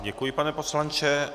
Děkuji, pane poslanče.